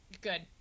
good